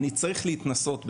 אני צריך להתנסות בזה,